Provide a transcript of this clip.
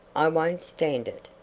i won't stand it.